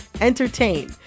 entertain